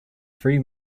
free